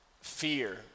fear